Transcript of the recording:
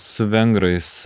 su vengrais